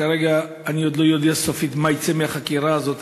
כרגע אני עוד לא יודע סופית מה יצא מהחקירה הזאת,